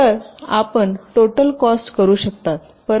तर आपण total cost करू शकता